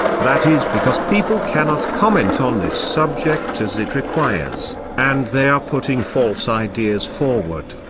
that is because people cannot comment on this subject as it requires, and they are putting false ideas forward.